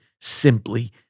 simply